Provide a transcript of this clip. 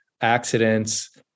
accidents